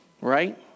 right